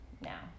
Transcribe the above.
now